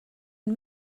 and